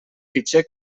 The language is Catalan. fitxer